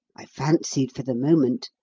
i fancied for the moment,